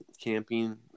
camping